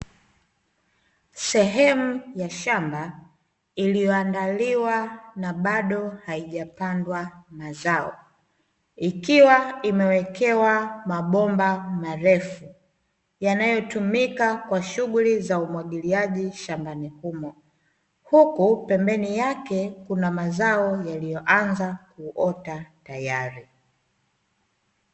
Sehemu ya shamba, iliyoandaliwa na bado haijapandwa mazao, ikiwa imewekewa mabomba marefu yanayotumika kwa shughuli za umwagiliaji shambani humo, huku pembeni yake kuna mazao yaliyoanza kuota tayari.